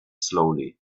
slowly